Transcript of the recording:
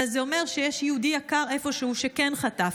אבל זה אומר שיש יהודי יקר איפשהו שכן חטף.